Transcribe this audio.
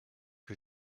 que